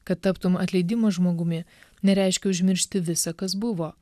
kad taptum atleidimo žmogumi nereiškia užmiršti visa kas buvo